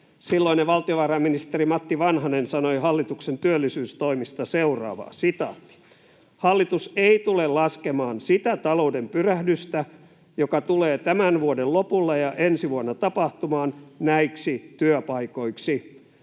Silloinen valtiovarainministeri Matti Vanhanen sanoi hallituksen työllisyystoimista seuraavaa: ”Hallitus ei tule laskemaan sitä talouden pyrähdystä, joka tulee tämän vuoden lopulla ja ensi vuonna tapahtumaan, näiksi työpaikoiksi.”